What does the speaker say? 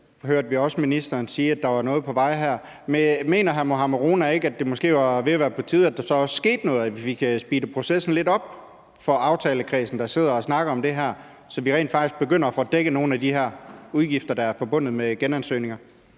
hørte vi også ministeren sige, at der var noget på vej. Mener hr. Mohammad Rona ikke, at det måske var ved at være på tide, at der så også skete noget, altså at vi fik speedet processen lidt op i aftalekredsen, der sidder og snakker om det her – så vi rent faktisk begynder at få dækket nogle af de her udgifter, der er forbundet med genansøgninger?